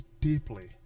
deeply